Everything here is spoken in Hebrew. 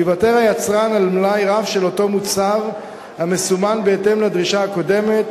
ייוותר היצרן עם מלאי רב של אותו מוצר המסומן בהתאם לדרישה הקודמת,